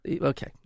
okay